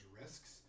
risks